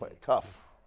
tough